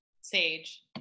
Sage